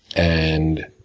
and